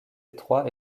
étroit